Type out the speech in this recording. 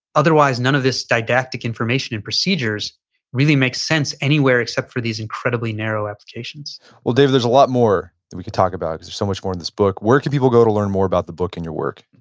otherwise, none of this didactic information and procedures really make sense anywhere except for these incredibly narrow applications well, david, there's a lot more we could talk about because there's so much more in this book. where can people go to learn more about the book and your work?